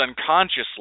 unconsciously